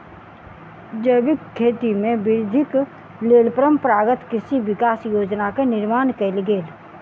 जैविक खेती में वृद्धिक लेल परंपरागत कृषि विकास योजना के निर्माण कयल गेल